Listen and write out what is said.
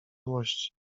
złości